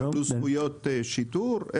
אזרחים יקבלו זכויות שיטור?